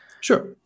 Sure